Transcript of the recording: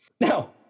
Now